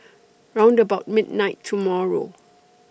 round about midnight tomorrow